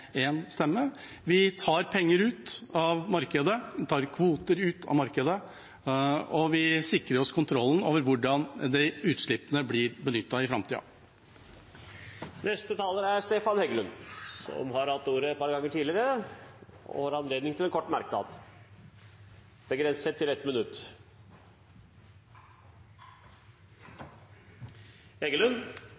stemme. Vi tar penger ut av markedet, vi tar kvoter ut av markedet, og vi sikrer oss kontroll over hvordan utslippene blir benyttet i framtida. Representanten Stefan Heggelund har hatt ordet to ganger tidligere og får ordet til en kort merknad, begrenset til 1 minutt.